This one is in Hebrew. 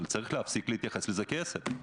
אבל צריך להפסיק להתייחס לזה כעסק.